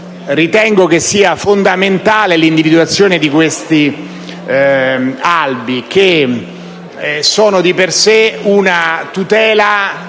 Ritengo sia fondamentale l'individuazione di questi albi, che sono di per sé una tutela